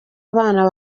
abana